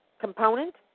component